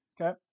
Okay